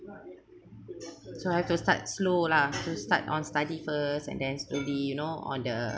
so have to start slow lah to start on study first and then slowly you know on the